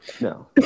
No